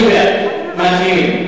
אם כולם מסכימים.